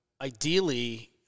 ideally